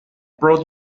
brought